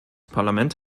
parlament